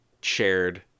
shared